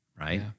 Right